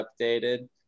updated